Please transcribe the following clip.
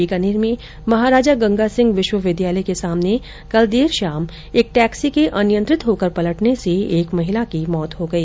बीकानेर में महाराजा गंगासिंह विश्वविद्यालय के सामने कल देर शाम एक टैक्सी के अनियंत्रित होकर पलटने से एक महिला की मौत हो गई